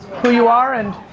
who you are and